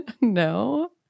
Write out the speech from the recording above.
no